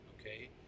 okay